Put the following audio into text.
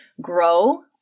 grow